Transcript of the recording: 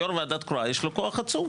יו"ר ועדה קרואה יש לו כוח עצום.